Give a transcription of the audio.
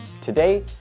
Today